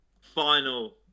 final